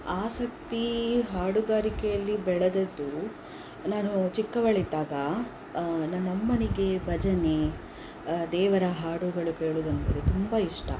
ಆಸಕ್ತಿ ಹಾಡುಗಾರಿಕೆಯಲ್ಲಿ ಬೆಳೆದದ್ದು ನಾನು ಚಿಕ್ಕವಳಿದ್ದಾಗ ನನ್ನಮ್ಮನಿಗೆ ಭಜನೆ ದೇವರ ಹಾಡುಗಳು ಕೇಳುವುದು ಅಂದರೆ ತುಂಬಾ ಇಷ್ಟ